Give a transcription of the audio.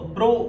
Bro